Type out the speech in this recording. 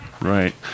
Right